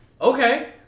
Okay